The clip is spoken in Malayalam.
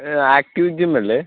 ആക്റ്റീവ് ജിം അല്ലേ